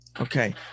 Okay